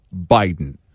Biden